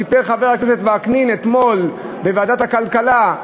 סיפר חבר הכנסת וקנין אתמול בוועדת הכלכלה,